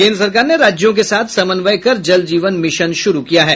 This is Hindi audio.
केन्द्र सरकार ने राज्यों के साथ समन्वय कर जल जीवन मिशन शुरू किया है